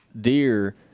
deer